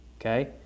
Okay